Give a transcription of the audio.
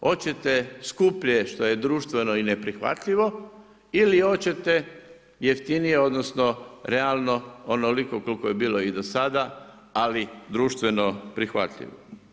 Hoćete skuplje što je društveno i neprihvatljivo ili hoćete jeftinije odnosno realno onoliko koliko je bilo i do sada ali društveno prihvatljivo.